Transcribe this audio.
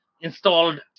installed